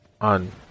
on